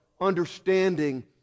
understanding